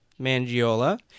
Mangiola